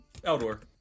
Eldor